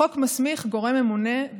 החוק מסמיך גורם ממונה,